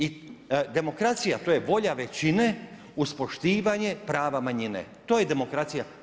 I demokracija to je volja većina uz poštivanje prava manjine, to je demokracija.